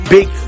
Big